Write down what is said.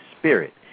spirit